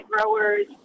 growers